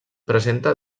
presenta